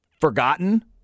forgotten